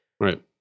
Right